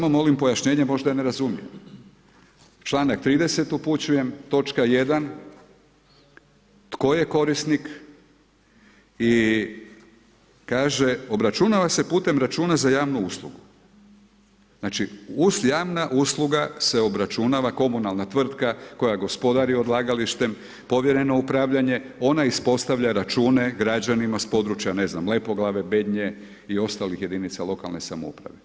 Ja samo molim pojašnjenje možda ne razumijem, članka 30. upućujem točka 1. tko je korisnik i kaže obračunava se putem računa za javnu uslugu, znači javna usluga se obračunava komunalna tvrtka koja gospodari odlagalištem povjereno upravljanje, ona ispostavlja račune građanima s područja ne znam Lepoglave, Bednje i ostalih jedinica lokalne samouprave.